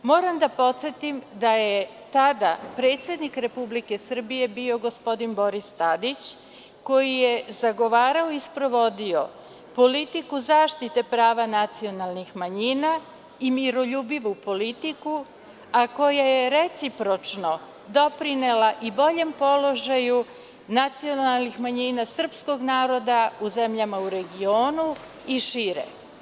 Moram da podsetim da je tada predsednik Republike Srbije bio gospodin Boris Tadić, koji je zagovarao i sprovodio politiku zaštite prava nacionalnih manjina i miroljubivu politiku, a koja je recipročno doprinela i boljem položaju nacionalnih manjina srpskog naroda u zemljama u regionu i šire.